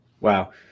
Wow